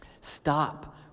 Stop